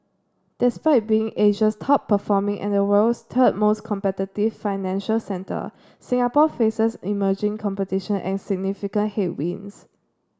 despite being Asia's top performing and the world's third most competitive financial centre Singapore faces emerging competition and significant headwinds